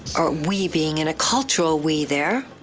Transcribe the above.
or we being in a cultural we there,